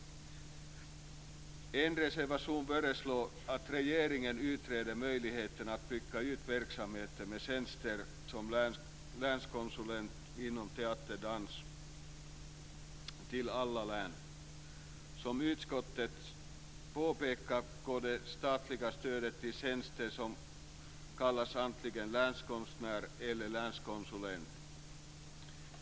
En reservation föreslår att regeringen utreder möjligheterna att bygga ut verksamheten med tjänster som länskonsulent inom teater och dans till alla län. Som utskottet påpekar går det statliga stödet till tjänster som kallas antingen länskonstnär eller länskonsulent.